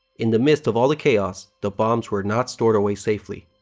in the midst of all the chaos, the bombs were not stored away safely.